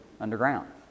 underground